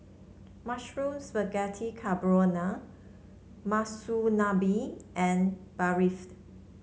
Mushroom Spaghetti Carbonara Monsunabe and Barfi